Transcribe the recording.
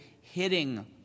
hitting